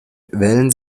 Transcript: wählen